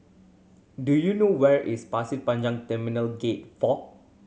do you know where is Pasir Panjang Terminal Gate Four